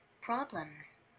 problems